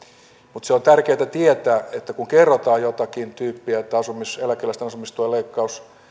mutta se on tärkeätä tietää kun kerrotaan jotakin tyyppiä että eläkeläisten asumistuen leikkaus